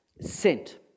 sent